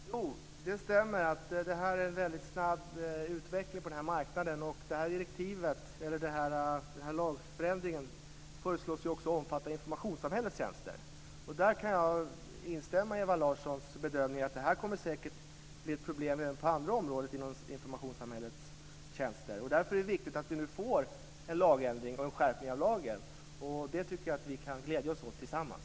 Fru talman! Det stämmer att det är en väldigt snabb utveckling på den här marknaden. Den här lagändringen föreslås också omfatta informationssamhällets tjänster. Jag kan instämma i Ewa Larssons bedömning att det här säkert kommer att bli ett problem även på andra områden inom informationssamhällets tjänster. Därför är det viktigt att vi nu får en lagändring och en skärpning av lagen. Jag tycker att vi kan glädja oss åt det tillsammans.